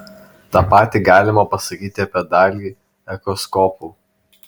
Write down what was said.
tą patį galima pasakyti apie dalį echoskopų